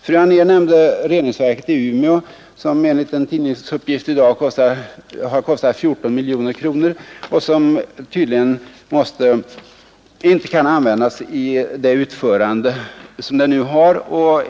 Fru Anér nämnde reningsverket i Umeå, som enligt en tidningsuppgift i dag har kostat 14 miljoner kronor och som tydligen inte kan användas i det utförande som det nu har.